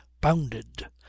bounded